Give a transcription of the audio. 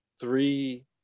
three